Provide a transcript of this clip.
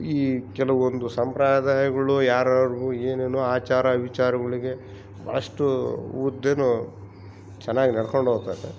ಈ ಕೆಲವೊಂದು ಸಂಪ್ರದಾಯಗಳು ಯಾರುಯಾರ್ಗೋ ಏನೇನೊ ಆಚಾರ ವಿಚಾರಗಳಿಗೆ ಭಾಳಷ್ಟೂ ಹುದ್ದೆ ಚೆನ್ನಾಗ್ ನಡ್ಕೊಂಡೊಗ್ತತೆ